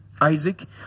Isaac